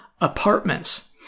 apartments